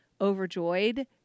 overjoyed